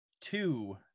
two